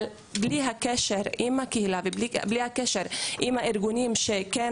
אבל בלי הקשר עם הקהילה ובלי הקשר עם הארגונים שכן